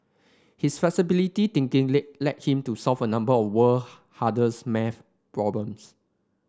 his flexible thinking lit led him to solve a number of world hardest maths problems